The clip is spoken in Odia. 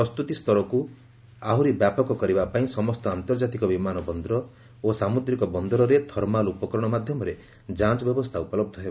ପ୍ରସ୍ତୁତି ସ୍ତରକୁ ଆହୁରି ବ୍ୟାପକ କରିବା ପାଇଁ ସମସ୍ତ ଆନ୍ତର୍ଜାତିକ ବିମାନ ବନ୍ଦର ଓ ସାମୁଦ୍ରିକ ବନ୍ଦରରେ ଥର୍ମାଲ୍ ଉପକରଣ ମାଧ୍ୟମରେ ଯାଞ୍ଚ ବ୍ୟବସ୍ଥା ଉପଲହ୍ଧ ହେବ